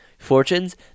Fortunes